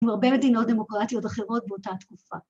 ‫עם הרבה מדינות דמוקרטיות אחרות ‫באותה תקופה.